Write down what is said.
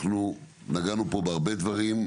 אנחנו נגענו פה בהרבה דברים.